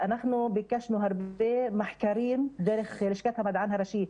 ביקשנו הרבה מחקרים דרך לשכת המדען הראשי.